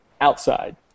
outside